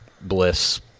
Bliss